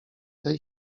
tej